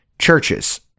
churches